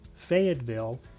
Fayetteville